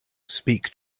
speak